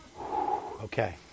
Okay